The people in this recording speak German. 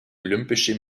olympische